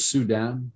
Sudan